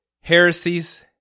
heresies